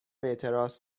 اعتراض